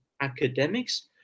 academics